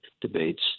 debates